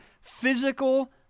physical